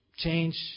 Change